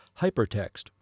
hypertext